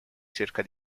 cerca